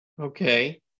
Okay